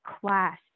class